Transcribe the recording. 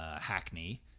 Hackney